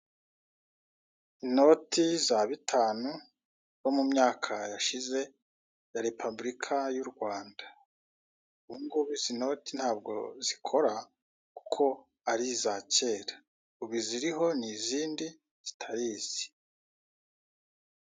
Inoti za bitanu zo mu myaka yashize ya repabulika y'u Rwanda. Ubu ngubu izi noti ntabwo zikora kuko ari iza kera. Ubu iziriho ni izindi, zitari izi.